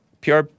PR